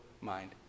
mind